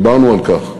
דיברנו על כך.